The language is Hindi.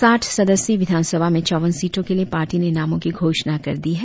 साठ सदस्यीय विधान सभा में चौवन सीटों के लिए पार्टी ने नामों की घोषणा कर दी है